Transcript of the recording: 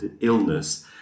illness